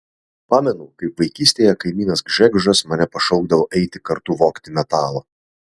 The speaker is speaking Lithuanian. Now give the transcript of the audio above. pamenu kaip vaikystėje kaimynas gžegožas mane pašaukdavo eiti kartu vogti metalo